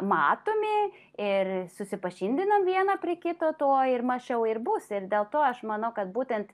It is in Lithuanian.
matomi ir susipažindinam vieną prie kito to ir mažiau ir bus ir dėl to aš manau kad būtent